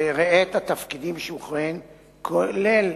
וראה את התפקידים שהוא כיהן בהם, כולל